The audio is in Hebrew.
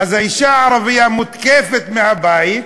אז האישה הערבייה מותקפת מהבית,